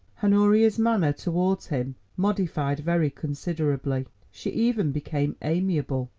honoria's manner towards him modified very considerably. she even became amiable,